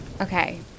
Okay